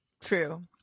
true